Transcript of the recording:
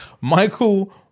Michael